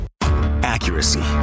Accuracy